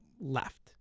left